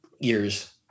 years